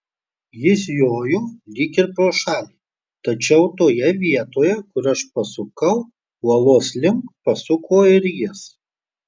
jis jojo lyg ir pro šalį tačiau toje vietoje kur aš pasukau uolos link pasuko ir jis